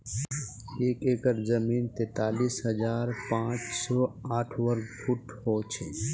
एक एकड़ जमीन तैंतालीस हजार पांच सौ साठ वर्ग फुट हो छे